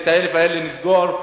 ול-1,000 נסגור,